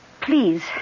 please